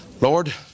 Lord